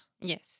Yes